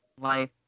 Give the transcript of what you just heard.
life